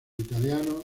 italiano